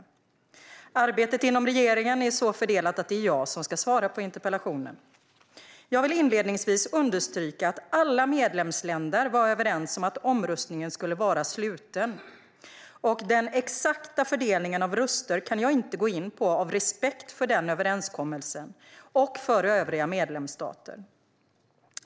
Arbetet inom regeringen är så fördelat att det är jag som ska svara på interpellationen. Jag vill inledningsvis understryka att alla medlemsländer var överens om att omröstningen skulle vara sluten, och den exakta fördelningen av röster kan jag inte gå in på av respekt för den överenskommelsen och för övriga medlemsstater.